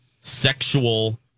sexual